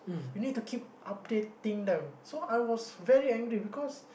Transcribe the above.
you need to keep updating them so I was very angry because